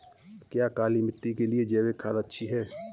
क्या काली मिट्टी के लिए जैविक खाद अच्छी है?